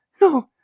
no